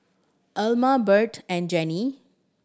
Elmer Bret and Jenni